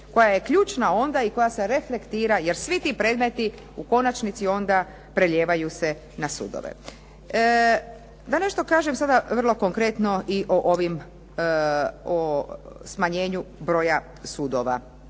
koja je ključna onda i koja se reflektira jer svi ti predmeti u konačnici onda prelijevaju se na sudove. Da nešto kažem sada vrlo konkretno i o smanjenju broja sudova,